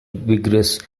vigorous